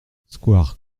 square